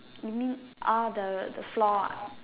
you mean orh the the floor ah